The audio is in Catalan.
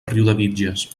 riudebitlles